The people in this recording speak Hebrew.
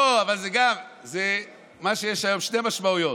יש היום שתי משמעויות: